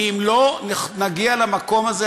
כי אם לא נגיע למקום הזה,